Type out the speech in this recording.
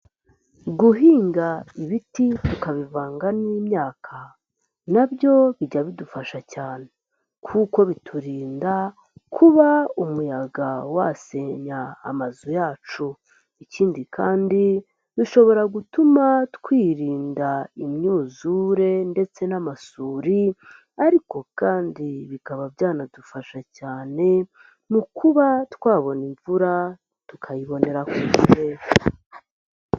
Guhinga ibiti tukabivanga n'imyaka nabyo bijya bidufasha cyane kuko biturinda kuba umuyaga wasenya amazu yacu, ikindi kandi bishobora gutuma twirinda imyuzure ndetse n'amasuri ariko kandi bikaba byanadufasha cyane mu kuba twabona imvura tukayibonera ku gihe.